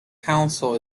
council